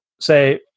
say